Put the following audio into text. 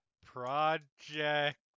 Project